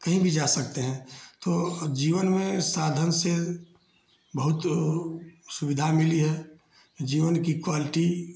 कहीं भी जा सकते हैं तो जीवन में साधन से बहुत सुविधा मिली है जीवन की क्वालटी